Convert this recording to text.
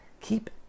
Keep